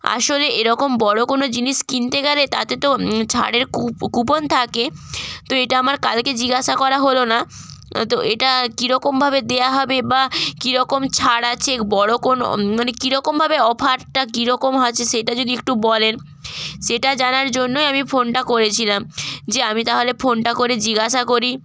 আসলে এরকম বড়ো কোনো জিনিস কিনতে গেলে তাতে তো ছাড়ের কুপন থাকে তো এটা আমার কালকে জিজ্ঞাসা করা হলো না তো এটা কী রকমভাবে দেওয়া হবে বা কী রকম ছাড় আছে বড়ো কোনো মানে কী রকমভাবে অফারটা কী রকম আছে সেটা যদি একটু বলেন সেটা জানার জন্যই আমি ফোনটা করেছিলাম যে আমি তাহলে ফোনটা করে জিজ্ঞাসা করি